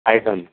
आयदन